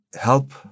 help